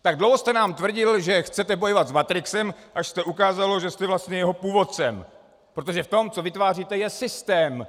Tak dlouho jste nám tvrdil, že chcete bojovat s matrixem, až jste ukázal, že jste vlastně jeho původcem, protože v tom, co vytváříte, je systém.